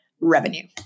revenue